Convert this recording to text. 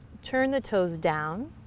turn the toes down,